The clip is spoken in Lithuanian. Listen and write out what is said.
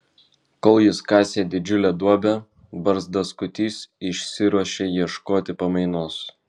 kol jis kasė didžiulę duobę barzdaskutys išsiruošė ieškoti pamainos